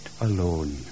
alone